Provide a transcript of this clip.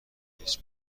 هیچ